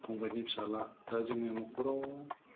फंबायनि फिसाज्ला दा जोंनि न'खराव